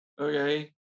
Okay